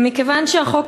מכיוון שהחוק,